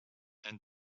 and